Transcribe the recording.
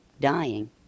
dying